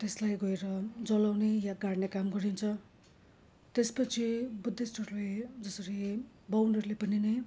त्यसलाई गएर जलाउने या गाड्ने काम गरिन्छ त्यसपछि बुद्धिस्टहरूले जसरी बाहुनहरूले पनि नै